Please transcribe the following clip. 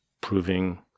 proving